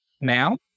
now